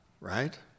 right